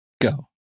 go